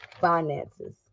finances